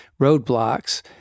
roadblocks